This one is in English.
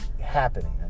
happening